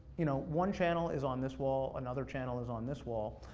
you know, one channel is on this wall, another channel is on this wall.